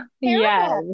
yes